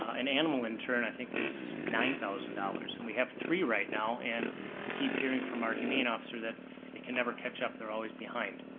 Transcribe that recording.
an animal intern i think is nine thousand dollars and we have three right now, and we keep hearing from our humane officer that they can never catch up, they're always behind.